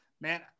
man